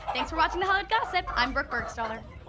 thanks for watching the hollywood gossip, i'm brooke burgstahler